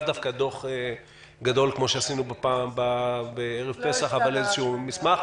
לאו דווקא דוח גדול כפי שעשינו ערב פסח אבל איזשהו מסמך,